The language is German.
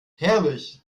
herrlich